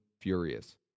furious